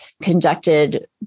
conducted